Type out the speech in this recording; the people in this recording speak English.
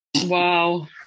Wow